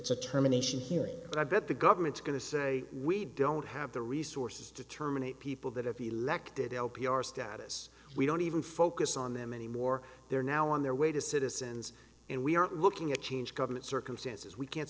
it's a terminations hearing that that the government's going to say we don't have the resources to terminate people that have the lek to l p r status we don't even focus on them anymore they're now on their way to citizens and we are looking at change government circumstances we can't